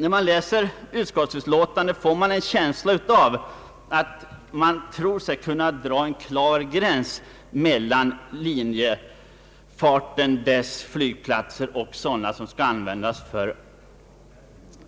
När man läser utskottsutlåtandet får man en känsla av att utskottet tror sig kunna dra en klar gräns mellan flygplatser för linjefart och sådana